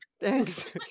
Thanks